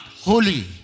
holy